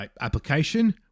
application